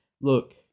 look